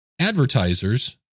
advertisers